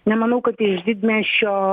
nemanau kad iš didmiesčio